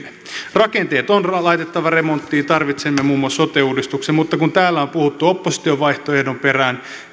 rakenteet on laitettava remonttiin tarvitsemme muun muassa sote uudistuksen mutta kun täällä on puhuttu opposition vaihtoehdon perään